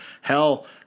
Hell